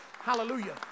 Hallelujah